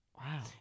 Wow